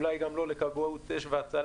אולי גם לא לכבאות אש והצלה,